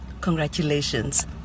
congratulations